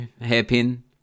hairpin